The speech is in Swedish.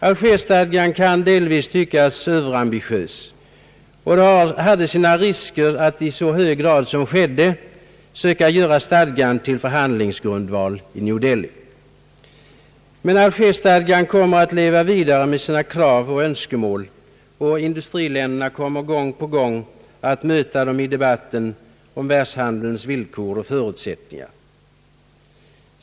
Algerstadgan kan delvis tyckas överambitiös, och det hade sina risker att i så hög grad som skedde söka göra stadgan till förhandlingsgrundval i New Delhi. Men Algerstadgan kommer att leva vidare med sina krav och önskemål, och industriländerna kommer gång på gång att möta dem i debatten om världshandelns villkor och förutsättningar.